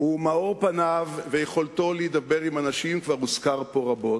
ומאור פניו ויכולתו להידבר עם אנשים כבר הוזכרו פה רבות,